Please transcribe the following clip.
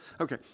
Okay